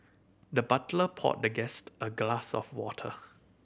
the butler poured the guest a glass of water